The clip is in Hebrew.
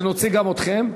שנוציא גם אתכם?